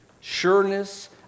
sureness